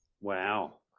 Wow